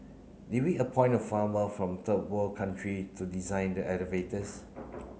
did we appoint a farmer from third world country to design the elevators